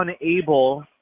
unable